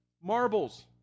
marbles